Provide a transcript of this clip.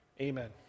amen